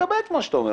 מקבל את מה שאתה אומר,